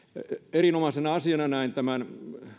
erinomaisena asiana näen tämän